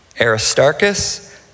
Aristarchus